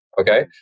Okay